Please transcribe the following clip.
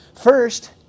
First